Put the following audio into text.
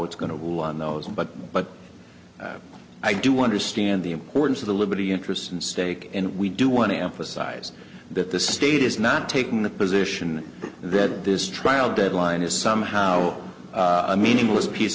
it's going to rule on those but but i do understand the importance of the liberty interest in stake and we do want to emphasize that the state is not taking the position that this trial deadline is somehow a meaningless piece